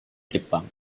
jepang